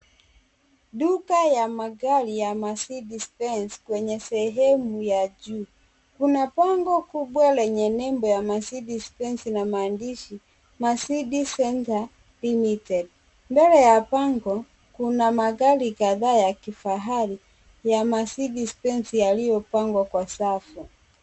Duka ya magari ya Mercedes Benz kwenye sehemu ya juu ,kuna bango kubwa lenye nembo Mercedes Benz na maandishi Mercedes Center Limited ,mbele ya bango Kuna magari kadhaa ya kifahari ya Mercedes Benz yaliyopangwa kwa safu.